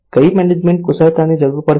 કઈ મેનેજમેન્ટ કુશળતાની જરૂર પડશે